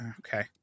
Okay